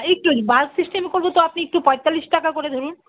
একটু বাল্ক সিস্টেমে করব তো আপনি একটু পঁয়তাল্লিশ টাকা করে ধরুন